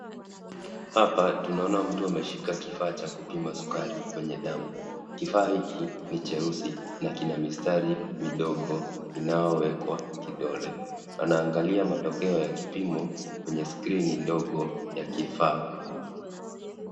Hapa tunaona mtu ameshika kifaa cha kupima sukari kwenye damu. Kifaa hiki ni cheusi na kina mistari midogo inayowekwa kidole. Anaangalia matokeo ya kipimo kwenye skrini ndogo ya kifaa.